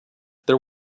there